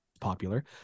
popular